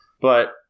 but-